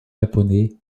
japonais